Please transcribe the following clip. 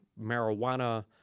marijuana